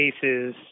cases